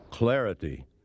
Clarity